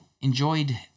enjoyed